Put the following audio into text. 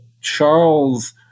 Charles